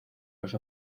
los